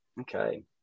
okay